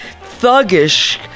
thuggish